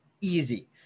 easy